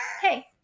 Hey